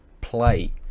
play